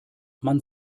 man